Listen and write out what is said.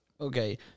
Okay